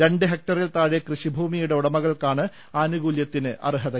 രണ്ട് ഹെക്ടറിൽ താഴെ കൃഷിഭൂമിയുടെ ഉടമകൾക്കാണ് ആനുകൂലൃത്തിന് അർഹത